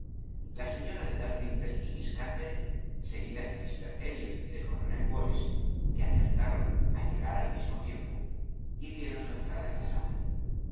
la señora de dalrymple y miss carteret seguidas de míster elliot y del coronel wallis que acertaron a llegar al mismo tiempo hicieron su entrada en la sala